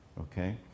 okay